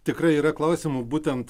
tikrai yra klausimų būtent